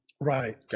Right